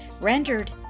Rendered